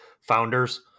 founders